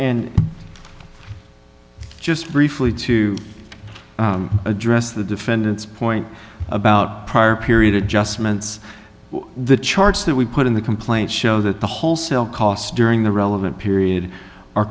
and just briefly to address the defendant's point about prior period adjustments the charts that we put in the complaint show that the wholesale cost during the relevant period are